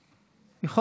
אליהם.